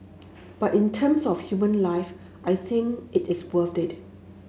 but in terms of human life I think it is worth it